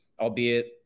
albeit